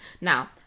now